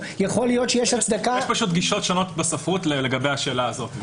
בספרות יש גישות שונות לגבי השאלה הזאת.